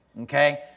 Okay